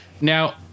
Now